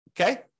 okay